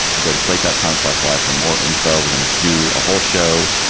go to slate dot com slash live for more info. we're going to do a whole show.